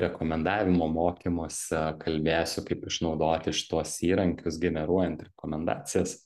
rekomendavimo mokymuose kalbėsiu kaip išnaudoti šituos įrankius generuojant rekomendacijas